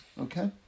okay